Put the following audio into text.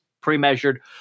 pre-measured